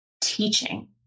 teaching